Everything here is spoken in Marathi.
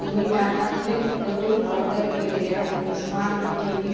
तुम्ही टाटा क्लिककडून ऑर्डर केलेल्या मी स्मार्ट टी व्ही